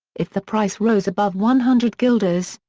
if the price rose above one hundred guilders,